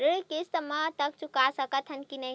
ऋण किस्त मा तक चुका सकत हन कि नहीं?